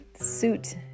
suit